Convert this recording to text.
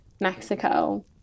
Mexico